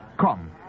Come